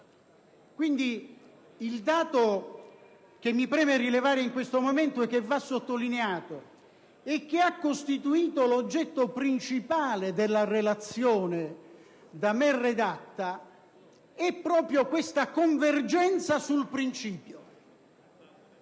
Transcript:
Quindi, il dato che mi preme rilevare in questo momento, che va sottolineato e che ha costituito l'oggetto principale della relazione da me redatta, è proprio questa convergenza sul principio.